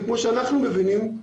וכמו שאנחנו מבינים,